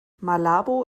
malabo